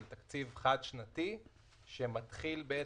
של תקציב חד-שנתי שמתחיל בעצם,